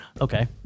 Okay